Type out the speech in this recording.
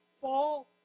fall